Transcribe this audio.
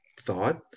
thought